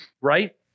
right